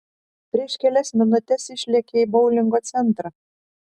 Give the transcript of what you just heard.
prieš kelias minutes išlėkė į boulingo centrą